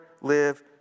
live